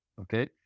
okay